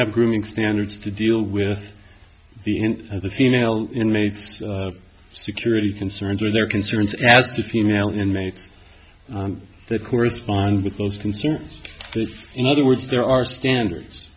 have grooming standards to deal with the end of the female inmates security concerns or their concerns as to female inmates that correspond with those concerns in other words there are standards